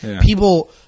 people